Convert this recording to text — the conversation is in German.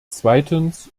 zweitens